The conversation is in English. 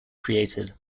created